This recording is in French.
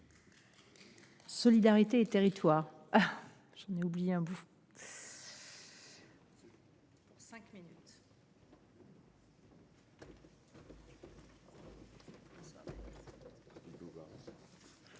Solidarité et Territoires.